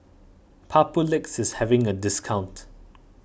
Papulex is having a discount